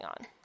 on